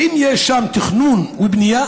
האם יש שם תכנון ובנייה?